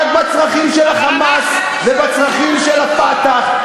רק בצרכים של ה"חמאס" ובצרכים של ה"פתח".